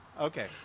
Okay